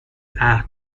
عهد